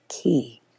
Key